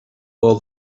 all